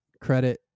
credit